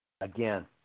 again